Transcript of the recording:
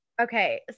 Okay